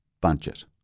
budget